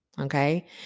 Okay